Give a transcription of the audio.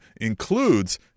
includes